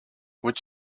would